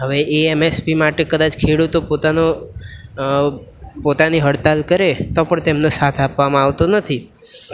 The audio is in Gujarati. હવે એ એમએસપી માટે કદાચ ખેડૂતો પોતાનો પોતાની હડતાળ કરે તો પણ તેમનો સાથ આપવામાં આવતો નથી